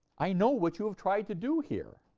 i know what you have tried to do here.